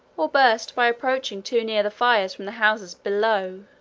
or burst by approaching too near the fires from the houses below,